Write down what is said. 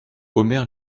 omer